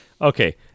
Okay